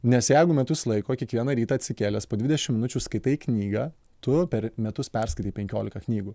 nes jeigu metus laiko kiekvieną rytą atsikėlęs po dvidešim minučių skaitai knygą tu per metus perskaitai penkiolika knygų